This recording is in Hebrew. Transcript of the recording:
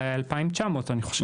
ל-2,900 אני חושב.